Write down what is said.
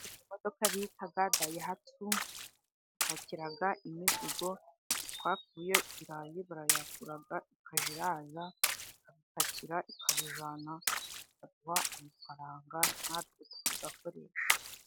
Imodoka bita Dayihatsu. Ipakira imizigo, twakuye ibirayi barayihamagara ikajya iza. Ikabipakira ikabijyana bakaduha amafaranga natwe tugakoresha.